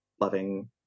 loving